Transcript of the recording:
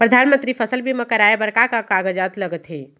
परधानमंतरी फसल बीमा कराये बर का का कागजात लगथे?